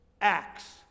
Acts